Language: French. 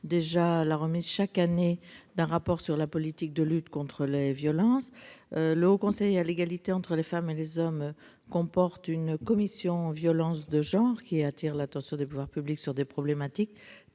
déjà la remise, chaque année, d'un rapport sur la politique de lutte contre les violences sexuelles. Le Haut Conseil à l'égalité entre les femmes et les hommes comporte une commission « Violences de genre », qui attire l'attention des pouvoirs publics sur des problématiques